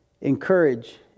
Encourage